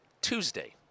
Tuesday